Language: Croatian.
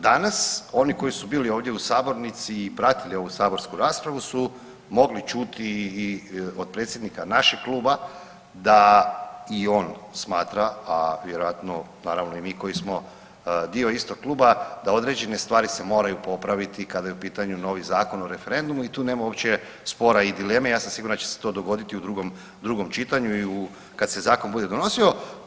Danas oni koji su bili ovdje u sabornici i pratili ovu saborsku raspravu su mogli čuti i od predsjednika našeg kluba da i on smatra, a vjerojatno naravno i mi koji smo dio istog kluba da određene stvari se moraju popraviti kada je u pitanju novi Zakon o referendumu i tu nema uopće spora i dileme, ja sam siguran da će se to dogoditi u drugom čitanju i u kad se zakon bude donosio.